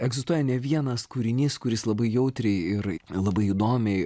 egzistuoja ne vienas kūrinys kuris labai jautriai ir labai įdomiai